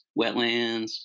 wetlands